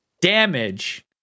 damage